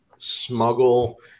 Smuggle